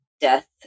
death